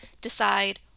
decide